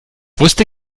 wusste